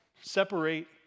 Separate